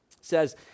says